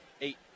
Eight